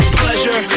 pleasure